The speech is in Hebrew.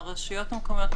הרשויות המקומיות,